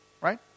Right